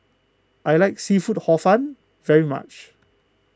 I like Seafood Hor Fun very much